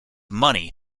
money